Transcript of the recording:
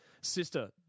Sister